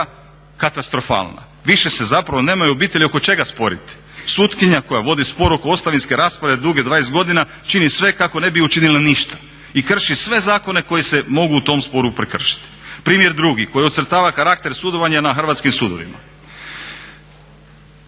katastrofalna. Više se zapravo nemaju obitelji oko čega sporiti. Sutkinja koja vodi spor oko ostavinske rasprave duge 20 godina čini sve kako ne bi učinila ništa i krši sve zakone koji se mogu u tom sporu prekršiti. Primjer drugi koji ocrtava karakter sudovanja na hrvatskim sudovima.